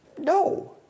No